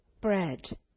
bread